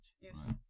Yes